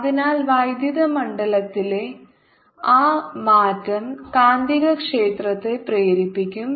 അതിനാൽ വൈദ്യുത മണ്ഡലത്തിലെ ആ മാറ്റം കാന്തികക്ഷേത്രത്തെ പ്രേരിപ്പിക്കും